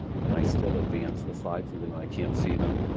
can i still advance the slides even though i can't see them?